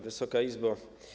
Wysoka Izbo!